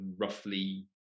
roughly